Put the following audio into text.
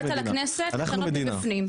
באת לכנסת כדי לשנות מבפנים,